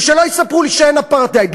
ושלא יספרו לי שאין אפרטהייד.